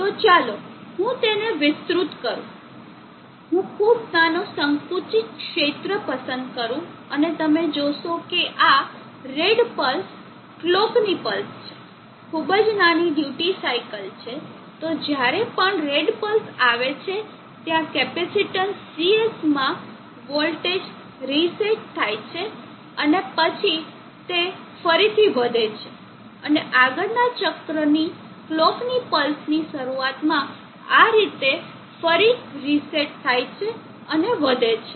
તો ચાલો હું તેને વિસ્તૃત કરું ચાલો હું ખૂબ નાનો સંકુચિત ક્ષેત્ર પસંદ કરું અને તમે જોશો કે આ રેડ પલ્સ કલોકની પલ્સ છે ખૂબ જ નાની ડ્યુટી સાઇકલ છે તો જ્યારે પણ રેડ પલ્સ આવે છે ત્યાં કેપેસિટીન્સ Cs માં વોલ્ટેજ રીસેટ થાય છે અને પછી તે ફરીથી વધે છે અને આગળના ચક્રની કલોકની પલ્સ ની શરુઆતમાં આ રીતે ફરી રીસેટ થાય છે અને વધે છે